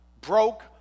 broke